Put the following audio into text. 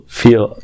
feel